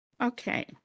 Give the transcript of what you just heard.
Okay